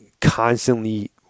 constantly